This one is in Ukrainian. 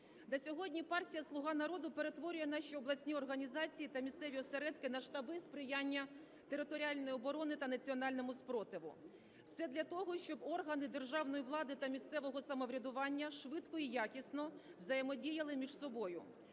де сьогодні партія "Слуга народу" перетворює наші обласні організації та місцеві осередки на штаби сприяння територіальній обороні та національному спротиву, все для того, щоб органи державної влади та місцевого самоврядування швидко і якісно взаємодіяли між собою.